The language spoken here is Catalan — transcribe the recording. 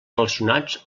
relacionats